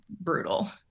brutal